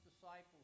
disciples